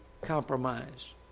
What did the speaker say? compromise